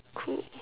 cool